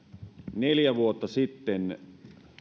neljä vuotta sitten